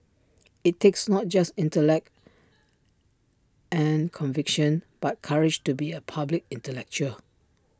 IT takes not just intellect and conviction but courage to be A public intellectual